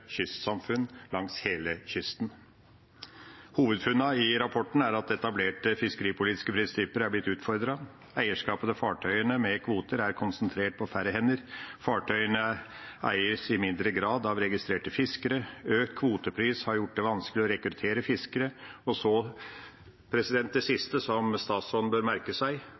kystsamfunn langs hele kysten. Hovedfunnene i rapporten er at etablerte fiskeripolitiske prinsipper er blitt utfordret. Eierskapet til fartøy med kvoter er konsentrert på færre hender. Fartøyene eies i mindre grad av registrerte fiskere. Økt kvotepris har gjort det vanskelig å rekruttere fiskere. Og det siste, som statsråden bør merke seg